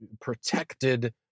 protected